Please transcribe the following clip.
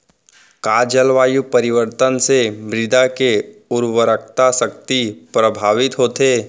का जलवायु परिवर्तन से मृदा के उर्वरकता शक्ति प्रभावित होथे?